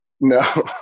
No